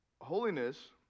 holiness